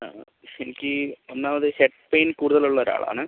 എനിക്ക് ഒന്നാമത് head pain കൂടുതലുള്ള ഒരാളാണ്